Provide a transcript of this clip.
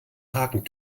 haken